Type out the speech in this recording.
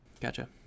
Gotcha